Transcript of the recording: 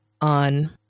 on